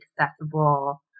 accessible